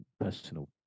personal